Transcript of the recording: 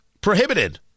Prohibited